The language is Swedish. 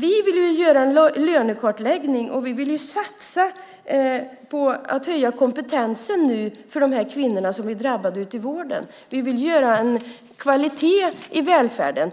Vi vill göra en lönekartläggning, och vi vill satsa på att höja kompetensen nu för de kvinnor som blir drabbade ute i vården. Vi vill skapa kvalitet i välfärden